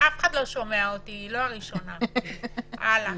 הממשלה שאשררה את האמנה מינתה את הנציבות להיות הגורם האחראי